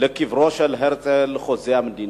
לקברו של הרצל, חוזה המדינה.